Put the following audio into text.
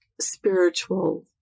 spiritual